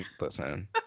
Listen